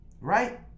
Right